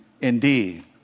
indeed